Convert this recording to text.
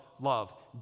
love